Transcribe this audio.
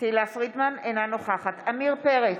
אינה נוכחת עמיר פרץ,